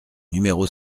numéro